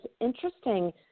interesting